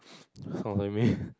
how the man